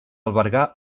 albergar